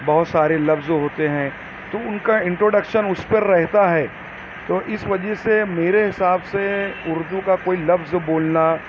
بہت سارے لفظ ہوتے ہیں تو ان کا انٹروڈکشن اس پر رہتا ہے تو اس وجہ سے میرے حساب سے اردو کا کوئی لفظ بولنا